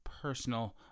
personal